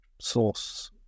source